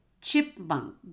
Chipmunk